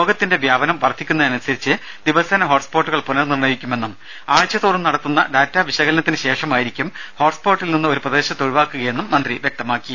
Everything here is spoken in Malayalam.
രോഗത്തിന്റെ വ്യാപനം വർധിക്കുന്നതിനനുസരിച്ച് ദിവസേന ഹോട്ട്സ്പോട്ടുകൾ പുനർനിർണയിക്കുമെന്നും ആഴ്ചതോറും നടത്തുന്ന ഡാറ്റാവിശകലനത്തിന് ശേഷമായിരിക്കും ഹോട്ട്സ്പോട്ടിൽ നിന്ന് ഒരു പ്രദേശത്തെ ഒഴിവാക്കുകയെന്നും മന്ത്രി വ്യക്തമാക്കി